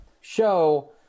show